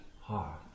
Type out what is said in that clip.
Heart